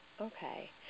Okay